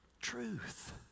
truth